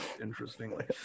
interestingly